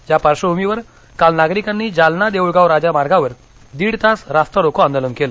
या पार्श्वभूमीवर काल नागरिकांनी जालना देऊळगावराजा मार्गावर दीड तास रास्तारोको आंदोलन केलं